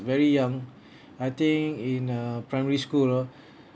very young I think in uh primary school ah